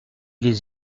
les